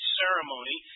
ceremony